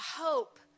hope